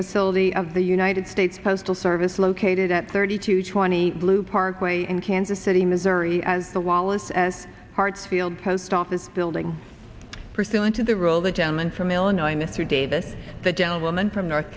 facility of the united states postal service located at thirty two twenty blue parkway in kansas city missouri as the wallace s hartsfield post office building pursuant to the role the chairman from illinois mr davis the gentleman from north